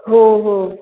हो हो